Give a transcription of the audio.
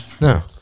No